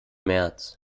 märz